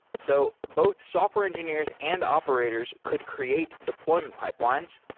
so both software engineers and operators could create deployment pipelines,